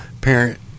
parent